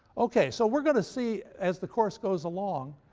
okay, so we're going to see, as the course goes along,